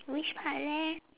which part leh